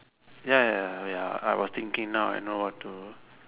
ya ya ya I was thinking now I know what to